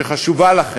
שחשוב לכם.